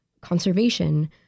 conservation